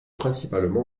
principalement